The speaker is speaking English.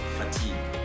fatigue